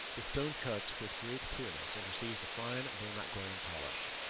this stone cuts with great clearness, and receives a fine though not glaring polish.